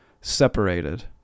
separated